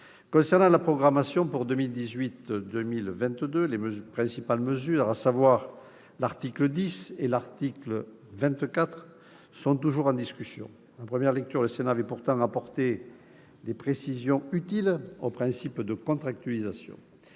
Concernant la programmation pour 2018-2022, les principales mesures, à savoir les articles 10 et 24, sont toujours en discussion. En première lecture, le Sénat avait pourtant apporté des précisions utiles au principe de contractualisation.